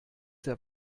der